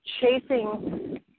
chasing